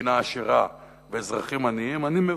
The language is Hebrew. מדינה עשירה ואזרחים עניים אני מבכר,